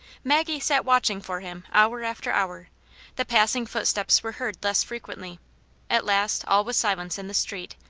maggie sat watching for him hour after hour the passing foot steps were heard less frequently at last all was silence in the street,